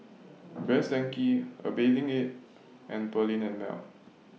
Best Denki A Bathing Ape and Perllini and Mel